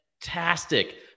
fantastic